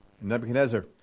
Nebuchadnezzar